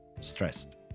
stressed